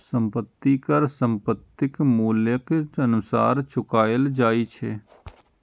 संपत्ति कर संपत्तिक मूल्यक अनुसार चुकाएल जाए छै